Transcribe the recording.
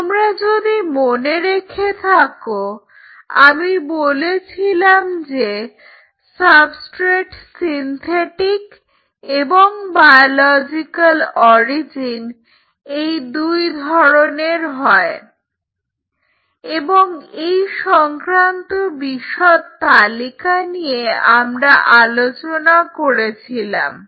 তোমরা যদি মনে রেখে থাকো আমি বলেছিলাম যে সাবস্ট্রেট সিন্থেটিক এবং বায়োলজিক্যাল অরিজিন এই দুই ধরনের হয় এবং এই সংক্রান্ত বিশদ তালিকা নিয়ে আমরা আলোচনা করেছিলাম